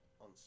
on